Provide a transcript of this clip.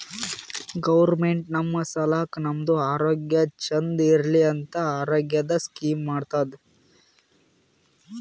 government ನಮ್ ಸಲಾಕ್ ನಮ್ದು ಆರೋಗ್ಯ ಚಂದ್ ಇರ್ಲಿ ಅಂತ ಆರೋಗ್ಯದ್ ಸ್ಕೀಮ್ ಮಾಡ್ತುದ್